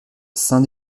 saint